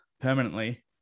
permanently